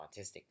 autistic